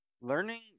Learning